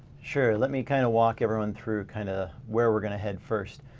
sure. let me kind of walk everyone through kind of where we're gonna head first.